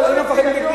אני לא פוחד.